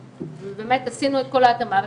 עשינו את כל ההתאמה.